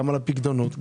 על הפיקדונות,